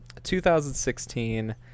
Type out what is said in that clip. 2016